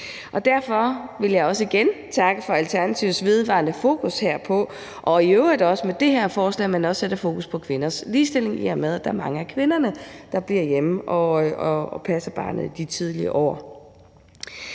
Derfor vil jeg også igen takke for Alternativets vedvarende fokus herpå og i øvrigt for, at man med det her forslag også sætter fokus på kvinders ligestilling, i og med at der er mange af kvinderne, der bliver hjemme og passer barnet i de tidlige år.